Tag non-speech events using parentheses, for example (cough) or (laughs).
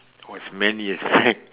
was many years correct (laughs)